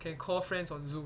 can call friends on zoom